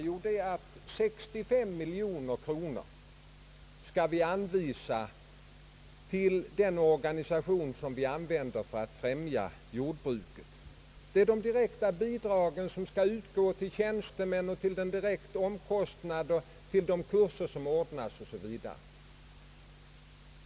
Jo, vi skall anvisa 65 miljoner kronor till den organisation som vi använder för att främja jordbruket. Beloppet avser de direkta bidrag som skall utgå till tjänstemän och till kostnader för de kurser som anordnas o. s. v.